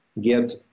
get